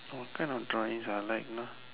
what kind of drawings I like